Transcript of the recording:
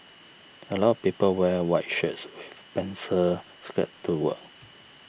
a lot of people wear white shirts with pencil skirt to work